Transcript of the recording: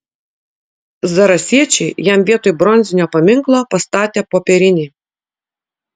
zarasiečiai jam vietoj bronzinio paminklo pastatė popierinį